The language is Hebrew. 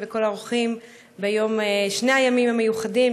וכל האורחים בשני הימים המיוחדים,